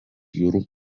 jūrų